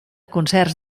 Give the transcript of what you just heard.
concerts